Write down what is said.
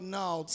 now